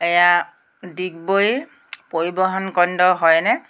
এইয়া ডিগবৈ পৰিবহণ কেন্দ্ৰ হয়নে